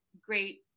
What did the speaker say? great